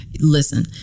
listen